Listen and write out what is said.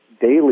daily